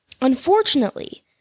Unfortunately